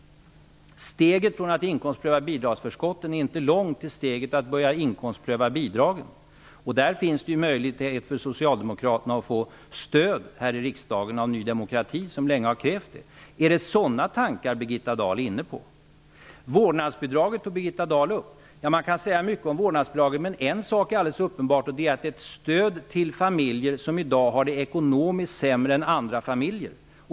Steget från att inkomstpröva bidragsförskotten är inte långt till steget att börja inkomstpröva bidragen. Där finns det ju möljigheter för Socialdemokraterna att få stöd här i riksdagen av Ny demokrati, som länge har krävt det. Är det sådana tankar Birgitta Dahl är inne på? Birgitta Dahl tog upp vårdnadsbidraget. Man kan säga mycket om vårdnadsbidraget, men en sak är helt uppenbar, och det är att det är ett stöd till familjer som i dag har det ekonomiskt sämre än andra familjer.